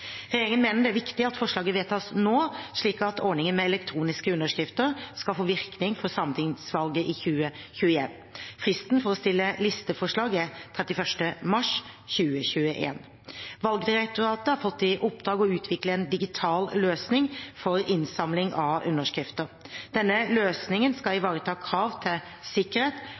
Regjeringen mener det er viktig at forslaget vedtas nå, slik at ordningen med elektroniske underskrifter skal få virkning for sametingsvalget i 2021. Fristen for å stille listeforslag er 31. mars 2021. Valgdirektoratet har fått i oppdrag å utvikle en digital løsning for innsamling av underskrifter. Denne løsningen skal ivareta krav til sikkerhet